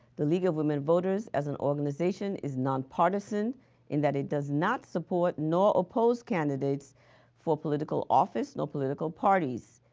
the league of women voters as an organization is nonpartisan in that it does not support nor oppose candidates for political office, nor political parties.